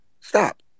Stop